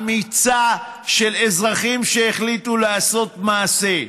אמיצה, של אזרחים שהחליטו לעשות מעשה.